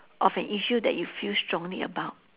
of an issue that you feel strongly about